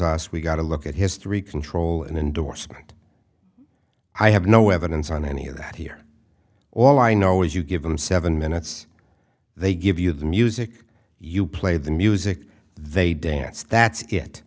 us we got to look at history control and endorsement i have no evidence on any of that here all i know is you give them seven minutes they give you the music you play the music they dance that